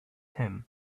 him